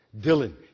Dylan